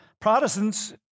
Protestants